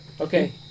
Okay